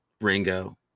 Ringo